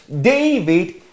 David